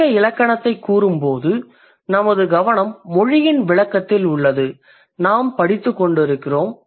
விளக்க இலக்கணத்தைக் கூறும்போது நமது கவனம் மொழியின் விளக்கத்தில் உள்ளது நாம் படித்து கொண்டிருக்கிறோம்